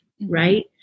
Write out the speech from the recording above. Right